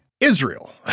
Israel